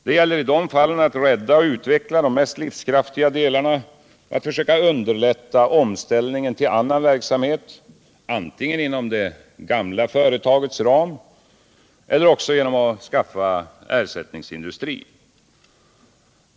Det gäller i de fallen att rädda och utveckla de mest livskraftiga delarna och söka underlätta omställningen till annan verksamhet antingen inom det gamla företagets ram eller genom att skaffa ersättningsindustri.